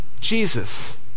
Jesus